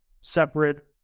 separate